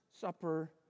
Supper